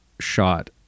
shot